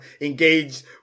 engaged